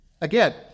again